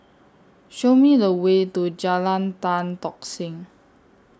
Show Me The Way to Jalan Tan Tock Seng